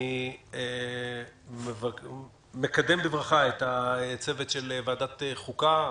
אני מקדם בברכה את הצוות של ועדת החוקה.